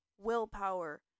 willpower